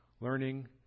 learning